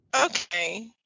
okay